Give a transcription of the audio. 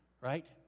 right